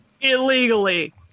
Illegally